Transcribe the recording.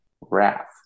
Wrath